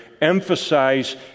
emphasize